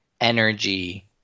energy